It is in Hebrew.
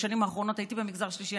בשנים האחרונות הייתי במגזר השלישי,